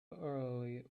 early